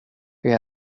det